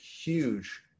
huge